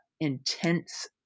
intense